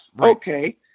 Okay